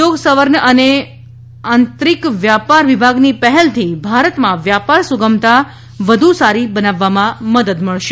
ઉદ્યોગ સંવર્ન અને આંતરીક વ્યાપાર વિભાગની પહેલથી ભારતમાં વ્યાપાર સુગમતા વધુ સારી બનાવાવમાં મદદ મળશે